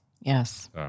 Yes